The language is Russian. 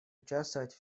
участвовать